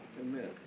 Amen